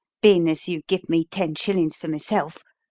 bein' as you give me ten shillin's for myself,